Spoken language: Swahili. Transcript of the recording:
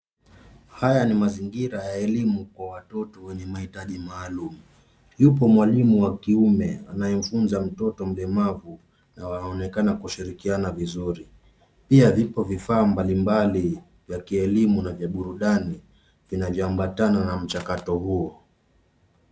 Haya ni mazingira ya elimu kwa watoto wenye mahitaji maalum. Yupo mwalimu wa kiume anayemfunza mtoto mlemavu nawanaonekana kushirikiana vizuri pia vipo vifaa mbalimbali vya kielimu na vya burudani vina jiambatana na mchakato huo.